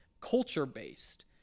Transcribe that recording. culture-based